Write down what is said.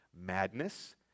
Madness